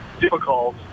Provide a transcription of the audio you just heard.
difficult